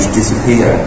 disappear